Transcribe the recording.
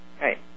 Right